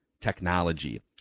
technology